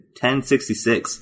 1066